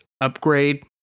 upgrade